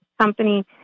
company